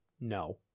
no